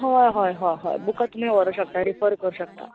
हहय हय हय बुकां तुमी व्हरु शकता रिफर करूंक शकता